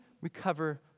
recover